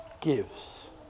gives